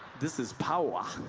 this is power.